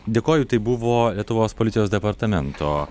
dėkoju tai buvo lietuvos policijos departamento